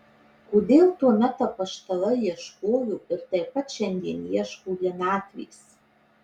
kodėl tuomet apaštalai ieškojo ir taip pat šiandien ieško vienatvės